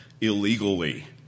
illegally